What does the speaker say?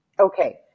Okay